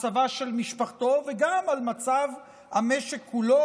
על מצבה של משפחתו וגם על מצב המשק כולו,